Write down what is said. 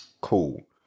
Cool